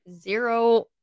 zero